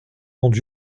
monde